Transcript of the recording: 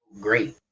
Great